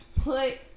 put